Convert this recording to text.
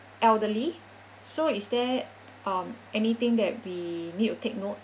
elderly so is there um anything that we need to take note